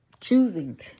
choosing